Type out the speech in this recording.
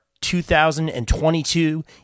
2022